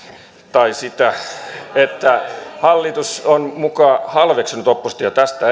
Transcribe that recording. tai sitä että hallitus on muka halveksinut oppositiota tästä